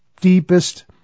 deepest